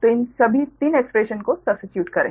तो इन सभी 3 एक्स्प्रेशन को सब्स्टिट्यूट करें